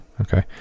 Okay